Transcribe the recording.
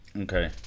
okay